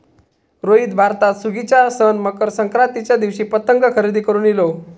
रोहित भारतात सुगीच्या सण मकर संक्रांतीच्या दिवशी पतंग खरेदी करून इलो